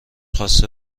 خواسته